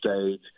stage